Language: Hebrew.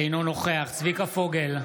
אינו נוכח צביקה פוגל,